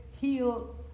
heal